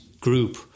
group